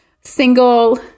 single